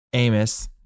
Amos